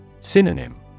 Synonym